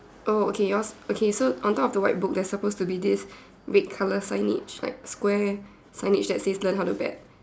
oh okay yours okay so on top of the white book there supposed to be this red colour signage like square signage that says learn how to bet